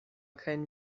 kein